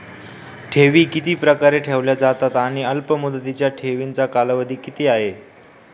ठेवी किती प्रकारे ठेवल्या जातात आणि अल्पमुदतीच्या ठेवीचा कालावधी किती आहे?